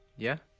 yeah?